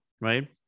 right